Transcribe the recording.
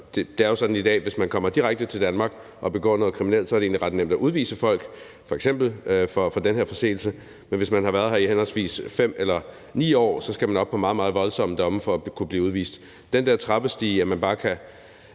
Det er jo sådan i dag, at hvis nogen kommer direkte til Danmark og begår noget kriminelt, så er det egentlig ret nemt at udvise folk, f.eks. også for den her forseelse, men hvis man har været her i henholdsvis 5 eller 9 år, skal man op på meget, meget voldsomme domme for at kunne blive udvist. Den der trappestige, som betyder,